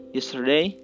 Yesterday